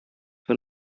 for